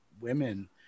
women